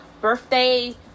birthday